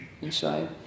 inside